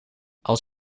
als